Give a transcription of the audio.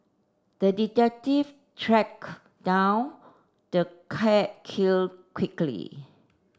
the detective tracked down the cat kill quickly